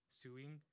suing